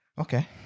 Okay